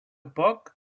poc